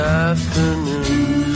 afternoon